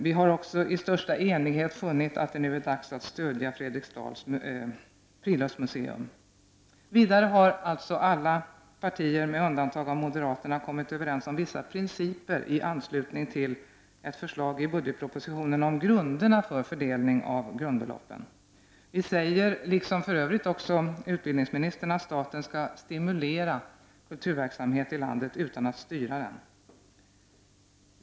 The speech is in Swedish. Vi har också i största enighet funnit att det nu är dags att stödja Fredriksdals friluftsmuseum. Vidare har alla partier med undantag av moderaterna kommit överens om vissa principer i anslutning till ett förslag i budgetpropositionen om grunderna för fördelning av grundbeloppen. Vi säger, liksom för övrigt också utbildningsministern, att staten skall stimulera kulturverksamhet i landet utan att styra den.